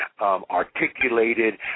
articulated